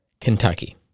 Kentucky